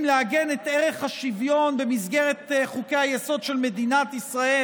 לעגן את ערך השוויון במסגרת חוקי-היסוד של מדינת ישראל.